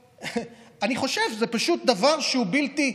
אני חושב שזה פשוט דבר שהוא בלתי,